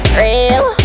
real